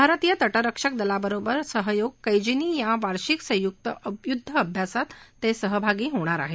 भारतीय तटरक्षक दलाबरोबर सहयोग कैजीनी या वार्षिक संयुक युद्धाभ्यासात ते सहभागी होणार आहे